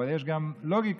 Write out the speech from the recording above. אבל יש גם לוגיקה.